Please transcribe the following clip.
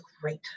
great